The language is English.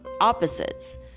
opposites